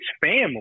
family